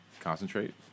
concentrate